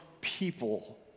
people